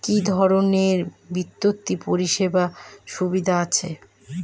কি কি ধরনের বিত্তীয় পরিষেবার সুবিধা আছে?